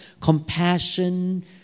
compassion